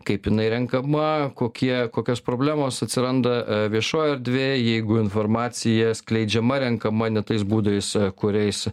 kaip jinai renkama kokie kokios problemos atsiranda viešojoj erdvėj jeigu informacija skleidžiama renkama ne tais būdais kuriais